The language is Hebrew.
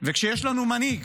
וכשיש לנו מנהיג